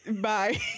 Bye